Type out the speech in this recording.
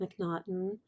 McNaughton